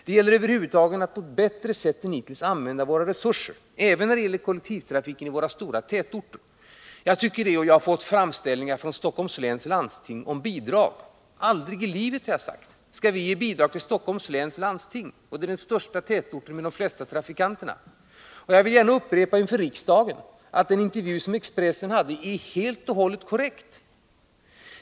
Det gäller över huvud taget att på ett bättre sätt än hittills använda våra resurser även när det gäller kollektivtrafiken i våra stora tätorter. Jag har fått framställningar från Stockholms läns landsting om bidrag. Aldrig i livet, har jag sagt, skall vi ge bidrag till Stockholms läns landsting, eftersom Stockholm är den största tätorten med de flesta trafikanterna. Jag vill inför riksdagen gärna upprepa att Expressens intervju är helt och hållet korrekt.